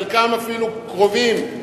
חלקם אפילו קרובים,